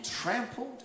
trampled